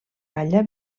ratlla